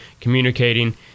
communicating